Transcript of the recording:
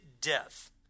death